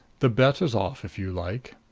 the bet is off if you like.